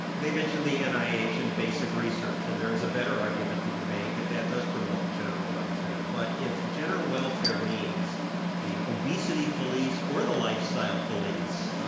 they mention the and nih and basic research. and there is a better argument to be made that that does promote the general welfare. but if the general welfare means the obesity police or the lifestyle police,